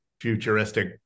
futuristic